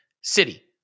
City